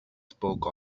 spoke